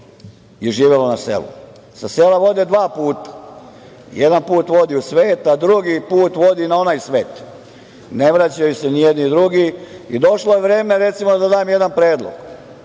je živelo na selu. Sa sela vode dva puta. Jedan put vodi u svet, a drugi put vodi na onaj svet. Ne vraćaju se ni jedni ni drugi. Došlo je vreme da dam i jedan predlog